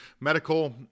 medical